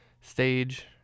stage